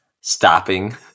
stopping